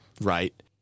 right